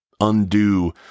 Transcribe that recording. undo